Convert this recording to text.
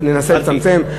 ננסה לצמצם.